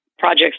projects